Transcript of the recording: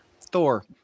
thor